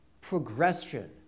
progression